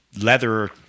leather